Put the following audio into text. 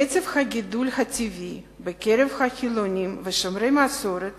קצב הגידול הטבעי בקרב החילונים ושומרי המסורת